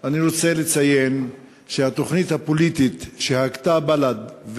אני רוצה לציין שהתוכנית הפוליטית שהגתה בל"ד,